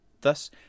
Thus